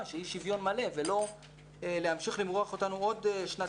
שהיא שוויון מלא ולא להמשיך למרוח אותנו עוד שנת